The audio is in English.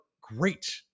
great